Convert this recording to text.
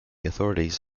authorities